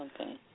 okay